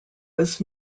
was